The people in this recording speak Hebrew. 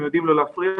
הם יודעים לא להפריע,